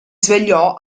svegliò